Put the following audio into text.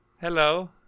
Hello